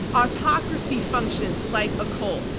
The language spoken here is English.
autocracy functions like a cult.